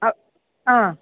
ആഹ്